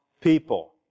people